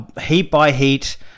heat-by-heat